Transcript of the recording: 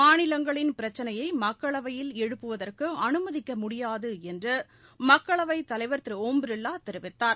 மாநிலங்களின் பிரச்சினையை மக்களவையில் எழுப்புவதற்குஅனுமதிக்கமுடியாதுஎன்றுமக்களவைத் தலைவர் திருஒம் பிர்லாதெரிவித்தார்